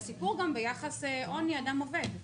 והסיפור גם ביחס לעוני של אדם עובד.